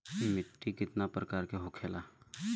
मिट्टी कितना प्रकार के होखेला?